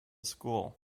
school